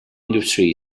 industry